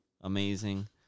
amazing